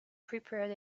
prepared